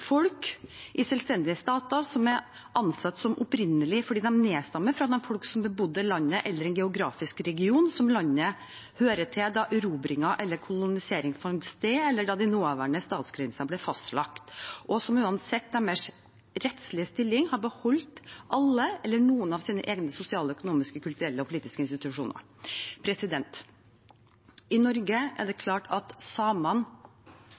i selvstendige stater som er ansett som opprinnelige fordi de nedstammer fra de folk som bebodde landet eller en geografisk region som landet hører til da erobring eller kolonisering fant sted eller da de nåværende statsgrenser ble fastlagt, og som – uansett deres rettslige stilling – har beholdt alle eller noen av sine egne sosiale, økonomiske, kulturelle og politiske institusjoner.» I Norge er det